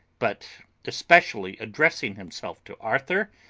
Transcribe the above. but especially addressing himself to arthur,